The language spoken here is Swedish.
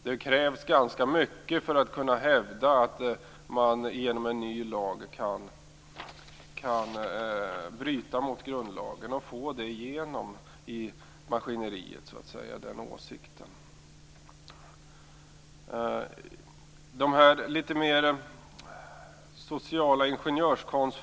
Det krävs ganska mycket för att man skall kunna hävda att en ny lag kan bryta mot grundlagen och så att säga få igenom den åsikten i maskineriet.